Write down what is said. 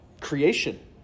creation